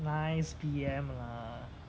nice P_M lah